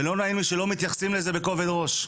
ולא נעים לי שלא מתייחסים לזה בכובד ראש.